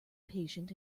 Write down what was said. patient